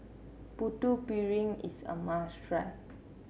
Putu Piring is a must try